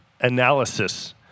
analysis